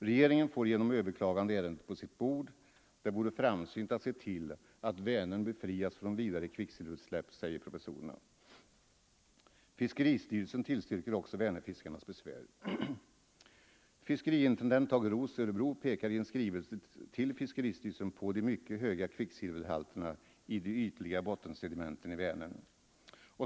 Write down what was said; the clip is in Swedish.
Regeringen får genom överklagande ärendet på sitt bord. Det vore framsynt att se till att Vänern befrias från vidare kvicksilverutsläpp, säger professorerna. Fiskeristyrelsen tillstyrker också Vänerfiskarnas besvär. Fiskeriintendent Tage Roos, Örebro, pekar i en skrivelse till fiskeristyrelsen på de mycket höga kvicksilverhalterna i de ytliga bottensedimenten i Vänern.